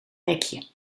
rekje